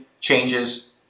changes